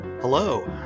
Hello